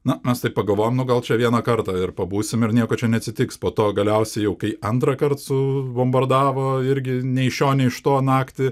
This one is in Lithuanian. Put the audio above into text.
na mes taip pagalvojom nu gal čia vieną kartą ir pabūsim ir nieko čia neatsitiks po to galiausiai jau kai antrąkart su bombardavo irgi nei iš šio nei iš to naktį